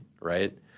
right